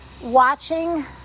watching